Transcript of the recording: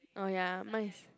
oh ya mine is